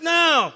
now